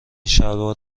شلوار